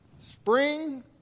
spring